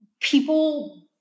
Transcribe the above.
people